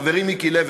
חברי מיקי לוי,